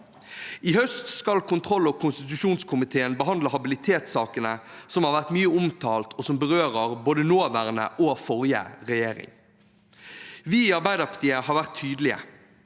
I høst skal kontroll- og konstitusjonskomiteen behandle habilitetssakene, som har vært mye omtalt, og som berører både nåværende og forrige regjering. Vi i Arbeiderpartiet har vært tydelige.